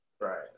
Right